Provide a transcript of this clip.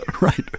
Right